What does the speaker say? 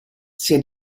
sia